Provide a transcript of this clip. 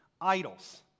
idols